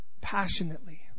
passionately